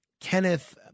Kenneth